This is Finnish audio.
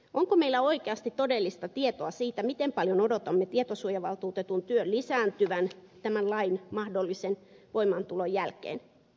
onko meillä oikeasti todellista tietoa siitä miten paljon odotamme tietosuojavaltuutetun työn lisääntyvän tämän lain mahdollisen voimaantulon jälkeen